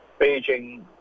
Beijing